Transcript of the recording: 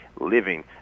living